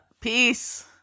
Peace